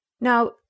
Now